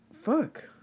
Fuck